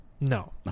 No